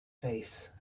face